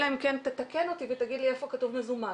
אלא אם כן תתקן אותי ותגיד לי איפה כתוב מזומן.